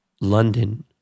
London